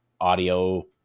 audio